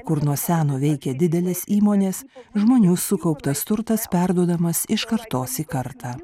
kur nuo seno veikė didelės įmonės žmonių sukauptas turtas perduodamas iš kartos į kartą